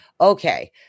Okay